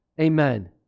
Amen